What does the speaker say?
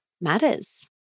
matters